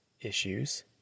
issues